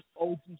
OG